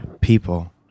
people